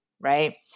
right